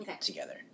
together